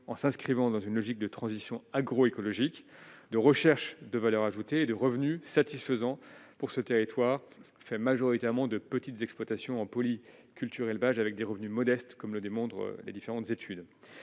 en s'inscrivant dans une logique de transition agro-écologique de recherche de valeur ajoutée de revenus satisfaisant pour ce territoire majoritairement de petites exploitations en cultures élevage avec des revenus modestes, comme le démontrent les différentes études,